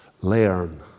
Learn